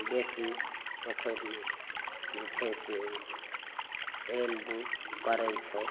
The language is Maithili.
बेसी पोखरिमे जे छै से खेल धूप करय छै